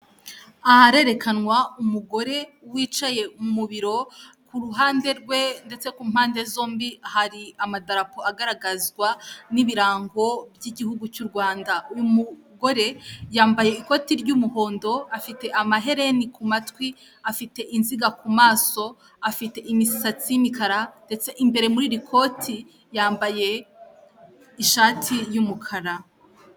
Aharerekanwa umugore wicaye mu biro ku ruhande rwe ndetse ku mpande zombi hari amadarapo agaragazwa n'ibirango by'igihugu cy'u Rwanda. Uyu mugore yambaye ikoti ry'umuhondo afite amahereni ku matwi afite inziga ku maso, afite imisatsi y'imikara ndetse imbere muri iri koti yambaye ishati y'umukara.